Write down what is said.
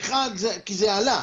כי זה עלה.